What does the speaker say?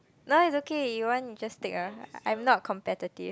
no it's okay you want you just take ah I'm not competitive